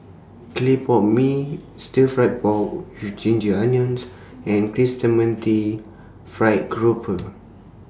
Clay Pot Mee Stir Fried Pork with Ginger Onions and Chrysanmumty Fried Grouper